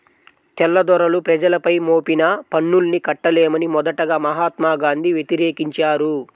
తెల్లదొరలు ప్రజలపై మోపిన పన్నుల్ని కట్టలేమని మొదటగా మహాత్మా గాంధీ వ్యతిరేకించారు